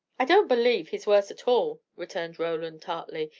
i don't believe he's worse at all, returned roland, tartly.